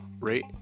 rate